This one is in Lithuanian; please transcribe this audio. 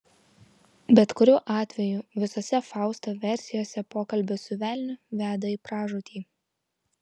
bet kuriuo atveju visose fausto versijose pokalbis su velniu veda į pražūtį